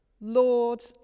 lord